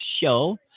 show